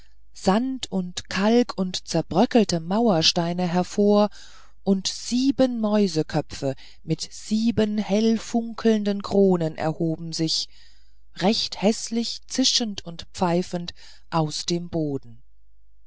sand und kalk und zerbröckelte mauersteine hervor und sieben mäuseköpfe mit sieben hellfunkelnden kronen erhoben sich recht gräßlich zischend und pfeifend aus dem boden